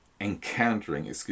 encountering